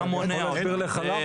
מה מונע מבעדם?